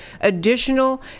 additional